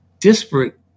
disparate